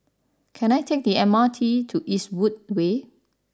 can I take the M R T to Eastwood Way